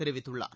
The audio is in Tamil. தெரிவித்துள்ளார்